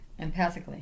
empathically